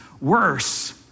worse